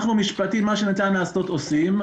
אנחנו, משפטית, מה שניתן לעשות אנחנו עושים.